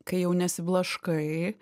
kai jau nesiblaškai